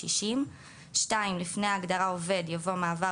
התש"ך-1960;"; לפני ההגדרה "עובד" יבוא: ""מעבר